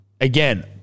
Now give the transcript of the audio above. again